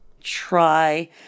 Try